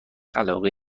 علاقه